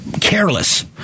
careless